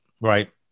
right